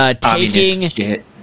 Taking